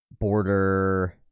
Border